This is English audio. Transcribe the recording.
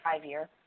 five-year